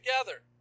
together